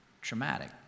traumatic